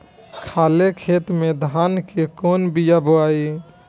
खाले खेत में धान के कौन बीया बोआई?